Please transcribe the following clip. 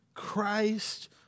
Christ